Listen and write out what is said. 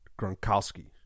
Gronkowski